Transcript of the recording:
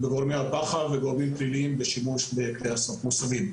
בגורמי הפח"ע ובגורמים פליליים בשימוש בכלים מוסבים.